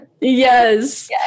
Yes